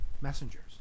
messengers